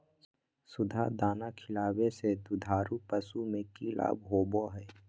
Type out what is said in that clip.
सुधा दाना खिलावे से दुधारू पशु में कि लाभ होबो हय?